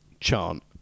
chant